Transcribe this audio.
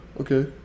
Okay